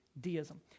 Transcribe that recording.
deism